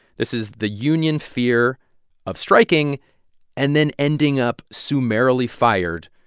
this is the union fear of striking and then ending up summarily fired,